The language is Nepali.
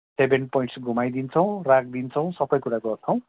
सेभेन पोइन्ट्स घुमाइदिन्छौँ राखिदिन्छौँ सबै कुरा गर्छौँ